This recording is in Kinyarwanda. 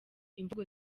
imvugo